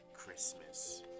Christmas